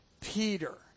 Peter